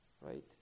right